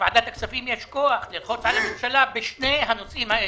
לוועדת הכספים יש כוח ללחוץ על הממשלה בשני הנושאים האלה.